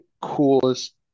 coolest